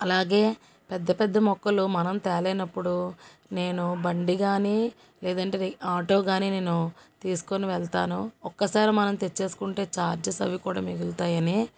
అలాగే పెద్ద పెద్ద మొక్కలు మనం తేనప్పుడు నేను బండి కానీ లేదంటే ఆటో కానీ నేను తీసుకుని వెళ్తాను ఒక్కసారి మనం తెచ్చుకుంటే చార్జెస్ అవి కూడా మిగులుతాయి అని